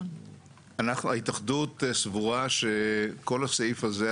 ההתאחדות סבורה שכל הסעיף הזה,